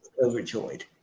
Overjoyed